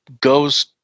goes